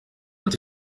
ati